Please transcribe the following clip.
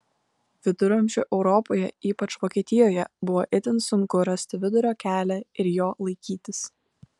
viduramžių europoje ypač vokietijoje buvo itin sunku rasti vidurio kelią ir jo laikytis